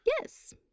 Yes